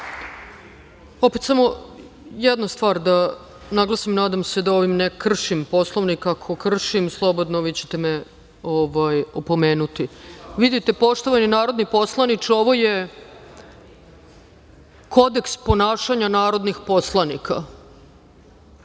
vam. Samo jednu stvar da naglasim, nadam se da ne kršim Poslovnik, a ako kršim, vi ćete me opomenuti. Vidite, poštovani narodni poslaniče, ovo je Kodeks ponašanja narodnih poslanika.